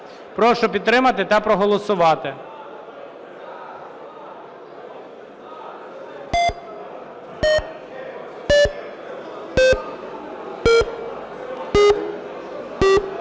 Прошу підтримати та проголосувати.